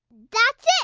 that's it.